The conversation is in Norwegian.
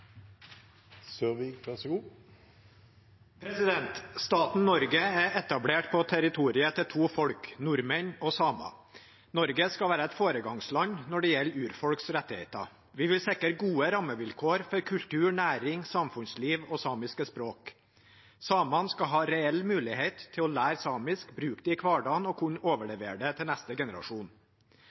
etablert på territoriet til to folk: nordmenn og samer. Norge skal være et foregangsland når det gjelder urfolks rettigheter. Vi vil sikre gode rammevilkår for kultur, næring, samfunnsliv og samiske språk. Samene skal ha reell mulighet til å lære samisk, bruke det i hverdagen og kunne overlevere det til neste generasjon.